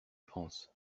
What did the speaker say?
penses